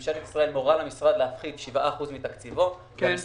ממשלת ישראל מורה למשרד להפחית שבעה אחוזים מתקציבו והמשרד